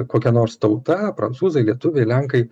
kokia nors tauta prancūzai lietuviai lenkai